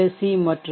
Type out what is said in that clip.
C மற்றும் we